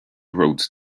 road